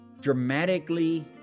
dramatically